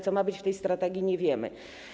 co ma być w tej strategii, nie wiemy.